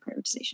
prioritization